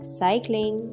cycling